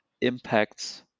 impacts